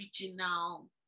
original